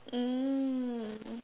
mm